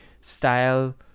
style